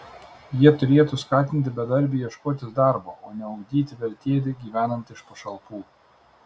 jie turėtų skatinti bedarbį ieškotis darbo o ne ugdyti veltėdį gyvenantį iš pašalpų